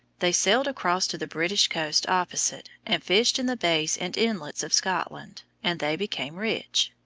they sailed across to the british coasts opposite and fished in the bays and inlets of scotland, and they became rich.